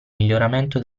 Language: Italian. miglioramento